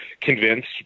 convinced